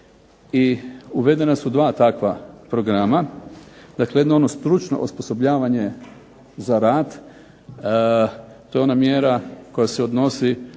i uvedena su 2 takva programa. Dakle, jedno je ono stručno osposobljavanje za rad. To je ona mjera koja se odnosi